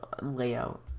layout